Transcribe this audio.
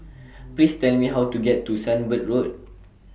Please Tell Me How to get to Sunbird Road